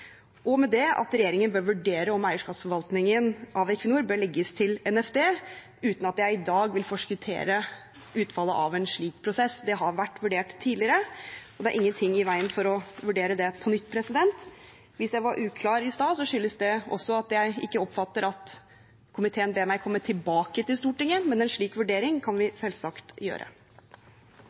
og med det at regjeringen bør vurdere om eierskapsforvaltningen av Equinor bør legges til NFD, uten at jeg i dag vil forskuttere utfallet av en slik prosess. Det har vært vurdert tidligere, og det er ingenting i veien for å vurdere det på nytt. Hvis jeg var uklar i stad, skyldes det også at jeg ikke oppfatter at komiteen ber meg komme tilbake til Stortinget, men en slik vurdering kan vi selvsagt gjøre.